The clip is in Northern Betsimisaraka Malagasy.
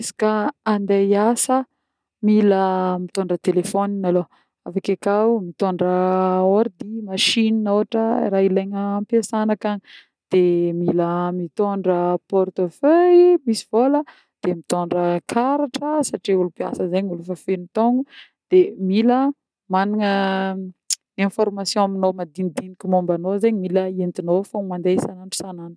Izy koà andeha hiasa, mila mitôndra téléphone malôha, avy ake koà mitondra ordi machine ôhatra raha ilena ampesana akagny, de mila mitôndra porte feuille misy vôla, de mitondra karatra satria ôlo mpiasa zany ôlo efa feno taogno, de mila managna information aminô madinidiniky mômba anô zegny mila hoentinô fogna mandeha isanandro isanandro.